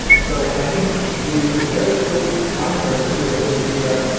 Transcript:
so i think the very quick answer here would be that,